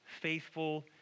faithful